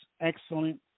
excellent